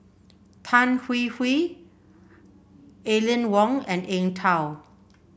Tan Hwee Hwee Aline Wong and Eng Tow